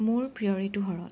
মোৰ প্ৰিয় ঋতু শৰত